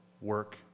work